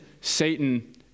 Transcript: Satan